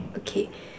okay